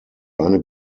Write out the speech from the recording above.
eine